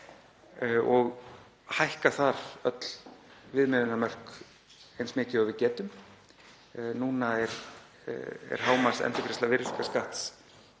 og hækka þar öll viðmiðunarmörk eins mikið og við getum. Núna er hámarkendurgreiðsla virðisaukaskatts